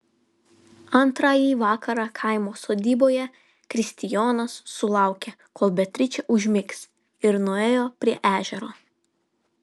antrąjį vakarą kaimo sodyboje kristijonas sulaukė kol beatričė užmigs ir nuėjo prie ežero